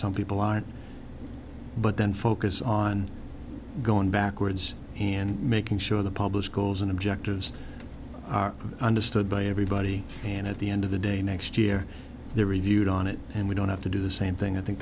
some people aren't but then focus on going backwards and making sure the published goals and objectives are understood by everybody and at the end of the day next year they're reviewed on it and we don't have to do the same thing i think